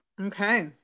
Okay